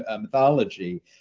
mythology